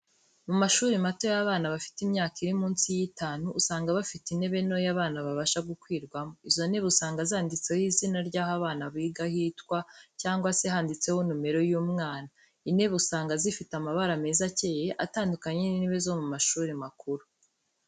Mu mashuri mato y'abana, bafite imyaka iri munsi y'itanu, usanga bafite intebe ntoya abana babasha gukwirwamo, izo ntebe usanga zanditseho izina ryaho abana biga hitwa, cyangwa se handitseho numero y'umwana. Intebe usanga zifite amabara meza akeye atandukanye n'intebe zo mu mashuri makuru.